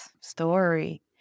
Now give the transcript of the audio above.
story